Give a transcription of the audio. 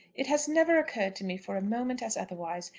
it has never occurred to me for a moment as otherwise.